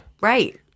right